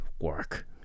work